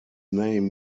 name